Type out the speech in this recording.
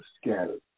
scattered